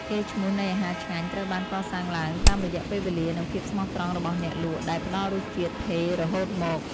កេរ្តិ៍ឈ្មោះនៃអាហារឆ្ងាញ់ត្រូវបានកសាងឡើងតាមរយៈពេលវេលា និងភាពស្មោះត្រង់របស់អ្នកលក់ដែលផ្ដល់រសជាតិថេររហូតមក។